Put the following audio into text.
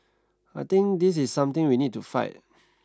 I think this is something we need to fight